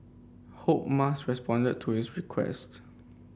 hope Musk responded to his request